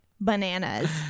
bananas